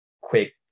quick